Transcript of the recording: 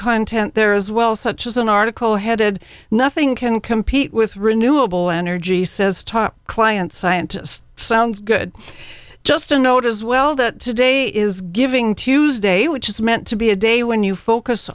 content there as well such as an article headed nothing can compete with renewable energy says top client scientist sounds good just a note as well that today is giving tuesday which is meant to be a day when you focus